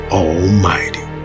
almighty